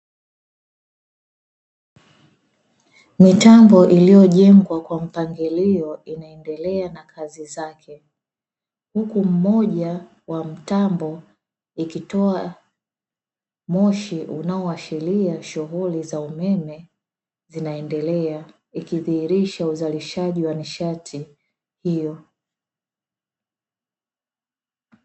Mitambo iliyojengwa kwa mpangilio inaendelea na kazi zake, huku mmoja wa mtambo ikitoa moshi inayoashilia shughuli za umeme zinaendelea, ikidhihirisha uzalishaji wa nishati hiyo.